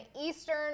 Eastern